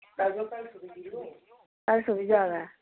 ढाई सौ बी जैदा ऐ